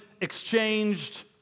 exchanged